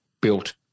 built